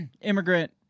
immigrant